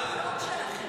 תפסיק עם זה.